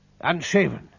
Unshaven